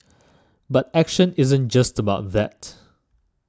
but action isn't just about that